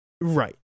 Right